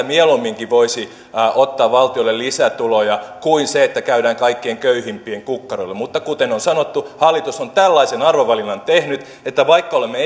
mieluumminkin voisi ottaa valtiolle lisätuloja kuin käydä kaikkein köyhimpien kukkarolla mutta kuten on sanottu hallitus on tällaisen arvovalinnan tehnyt vaikka olemme